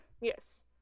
Yes